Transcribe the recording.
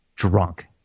Drunk